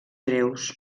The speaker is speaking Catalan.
greus